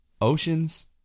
oceans